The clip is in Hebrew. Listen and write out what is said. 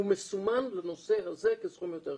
הוא מסומן לנושא הזה כסכום יותר קטן,